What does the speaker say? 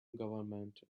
government